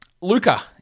Luca